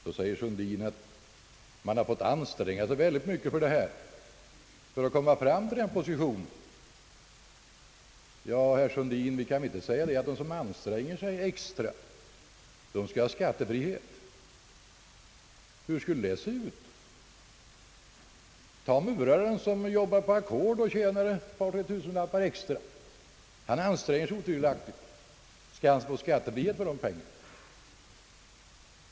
Då säger herr Sundin, att dessa idrottsmän har fått anstränga sig väldigt mycket för att komma i en sådan position att de kan erövra priser. Men, herr Sundin, vi kan väl inte säga att de som anstränger sig särskilt mycket skall få skattefrihet för den sakens skull! Tag t.ex. muraren som jobbar på ackord och tjänar ett par, tre tusenlappar extra. Han anstränger sig otvivelaktigt. Skall han få skattefrihet för dessa pengar?